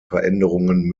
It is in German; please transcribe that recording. veränderungen